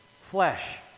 flesh